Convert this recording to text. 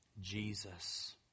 Jesus